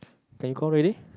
can you call already